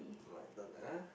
my turn ah